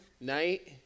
night